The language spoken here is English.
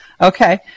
Okay